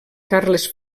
carles